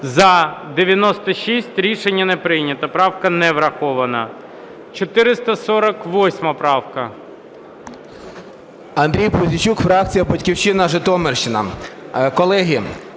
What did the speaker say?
За-96 Рішення не прийнято. Правка не врахована. 448 правка.